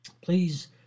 please